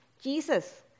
Jesus